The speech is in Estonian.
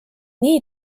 nii